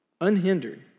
unhindered